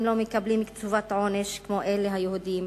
לא מקבלים קציבת עונש כמו אלה היהודים,